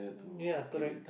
ya correct